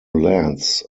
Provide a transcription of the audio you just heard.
lands